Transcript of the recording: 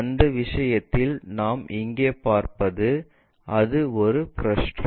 அந்த விஷயத்தில் நாம் இங்கே பார்ப்பது அது ஒரு பிருஷ்டம்